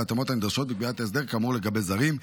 בהתאמות הנדרשות מבחינת ההסדר כאמור לגבי זרים.